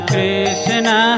Krishna